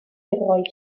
oedd